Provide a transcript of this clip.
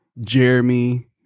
Jeremy